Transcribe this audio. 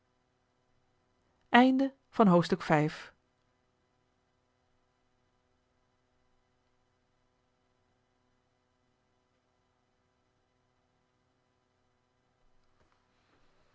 zalen van het